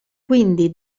quindi